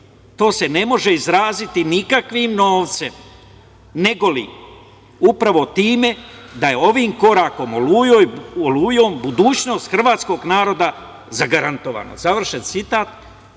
to se ne može izraziti nikakvim novcem, nego li upravo time da je ovim korakom olujom, budućnost Hrvatskog naroda zagarantovana. Završen citat,